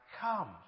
come